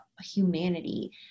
humanity